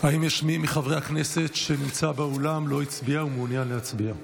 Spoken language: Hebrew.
האם יש מי מחברי הכנסת שנמצא באולם ולא הצביע ומעוניין להצביע?